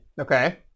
Okay